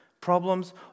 problems